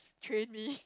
train me